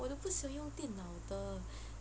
我都不喜欢用电脑的